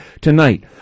tonight